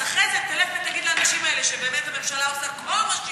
אז אחרי זה תלך ותגיד לאנשים האלה שבאמת הממשלה עושה כל מה שהיא יכולה.